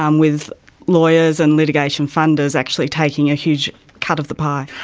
um with lawyers and litigation funders actually taking a huge cut of the pie.